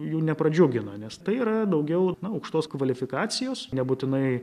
jų nepradžiugina nes tai yra daugiau na aukštos kvalifikacijos nebūtinai